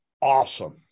awesome